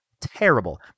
terrible